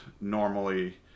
normally